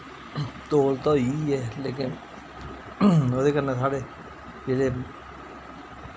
तौल ते होई गेई ऐ लेकिन उ'दे कन्नै साढ़े जेह्ड़े